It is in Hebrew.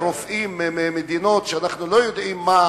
רופאים ממדינות שאנחנו לא יודעים מה